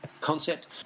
concept